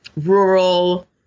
rural